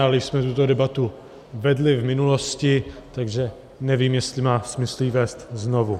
Ale již jsme tuto debatu vedli v minulosti, takže nevím, jestli má smysl ji vést znovu.